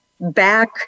back